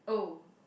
oh